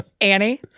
Annie